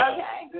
Okay